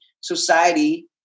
society